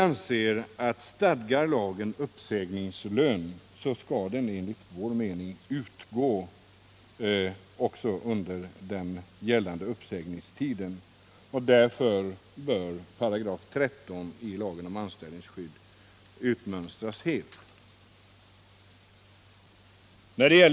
Stadgar lagen uppsägningslön, så skall sådan enligt vår mening utgå också under den gällande uppsägningstiden. Därför bör 13 § i lagen om anställningsskydd utmönstras helt.